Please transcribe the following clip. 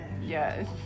Yes